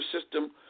system